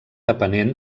depenent